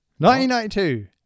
1992